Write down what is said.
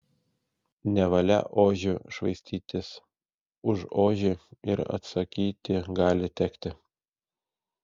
nevalia ožiu švaistytis už ožį ir atsakyti gali tekti